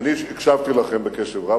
אני הקשבתי לכם בקשב רב,